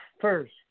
first